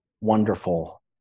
wonderful